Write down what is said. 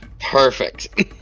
Perfect